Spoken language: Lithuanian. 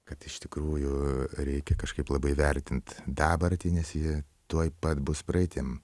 kad iš tikrųjų reikia kažkaip labai vertint dabartį nes ji tuoj pat bus praeitim